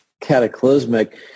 cataclysmic